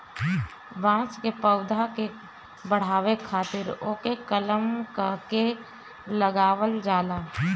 बांस के पौधा के बढ़ावे खातिर ओके कलम क के लगावल जाला